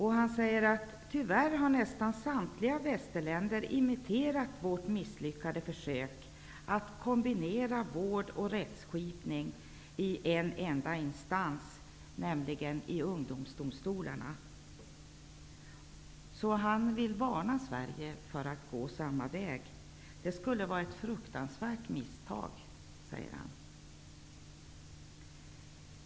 Han säger: Tyvärr har nästan samtliga västländer imiterat vårt misslyckade försök att kombinera vård och rättsskipning i en enda instans, nämligen i ungdomsdomstolarna. Han vill varna Sverige för att gå samma väg. Det skulle vara ett fruktansvärt misstag, säger han.